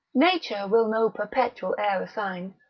nature will no perpetual heir assign,